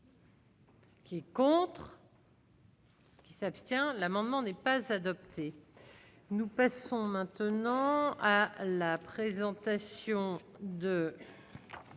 Qui contrent. Qui s'abstient l'amendement n'est pas adopté, nous passons maintenant à la présentation. De.